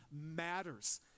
matters